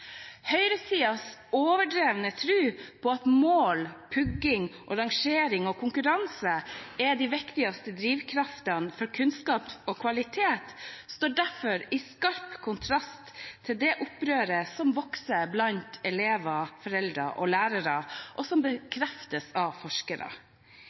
overdrevne tro på at mål, pugging, rangering og konkurranse er de viktigste drivkreftene for kunnskap og kvalitet, står derfor i skarp kontrast til det opprøret som vokser blant elever, foreldre og lærere, og